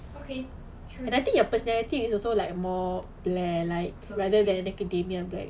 okay sure so bitchy